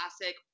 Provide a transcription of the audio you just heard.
classic